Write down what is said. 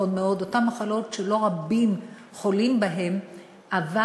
אותן מחלות שלא רבים חולים בהן אבל